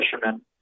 fisherman